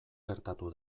gertatu